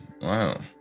wow